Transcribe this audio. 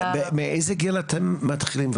מאיזו גיל אתם מתחילים?